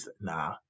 Nah